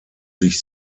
sich